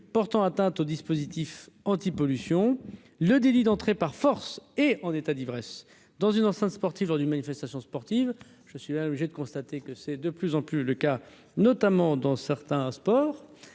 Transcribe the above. portant atteinte au dispositif antipollution, le délit d'entrée par force est en état d'ivresse. Dans une enceinte sportive lors d'une manifestation sportive, je suis là, obligé de constater que c'est de plus en plus le cas, notamment dans certains sports